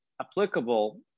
applicable